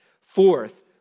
Fourth